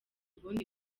ubundi